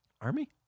army